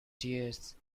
tears